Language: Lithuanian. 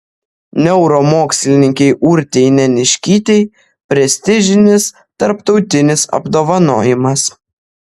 neuromokslininkei urtei neniškytei prestižinis tarptautinis apdovanojimas